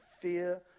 Fear